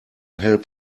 help